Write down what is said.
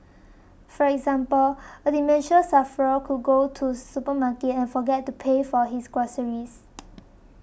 for example a dementia sufferer could go to supermarket and forget to pay for his groceries